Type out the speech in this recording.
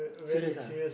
choose this uh